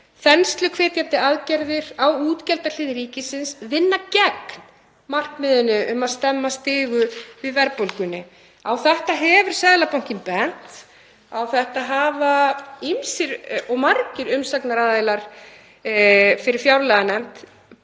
Þensluhvetjandi aðgerðir á útgjaldahlið ríkisins vinna gegn markmiðinu um að stemma stigu við verðbólgunni. Á þetta hefur Seðlabankinn bent. Á þetta hafa ýmsir og margir umsagnaraðilar fyrir fjárlaganefnd